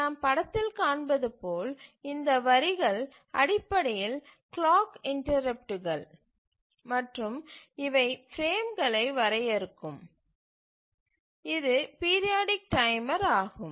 நாம் படத்தில் காண்பது போல் இந்த வரிகள அடிப்படையில் கிளாக் இன்டரப்ட்டுகள் மற்றும் இவை பிரேம்களை வரையறுக்கும் மற்றும் இது பீரியாடிக் டைமர் ஆகும்